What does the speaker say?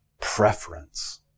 Preference